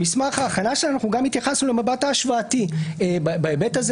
במסמך ההכנה שלנו אנחנו גם התייחסנו למבט ההשוואתי בהיבט הזה